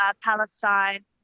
Palestine